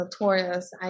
notorious